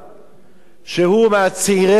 שהוא מצעירי קדימה,